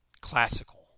classical